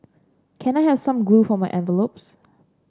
can I have some glue for my envelopes